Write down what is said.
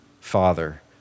Father